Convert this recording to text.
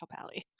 Pally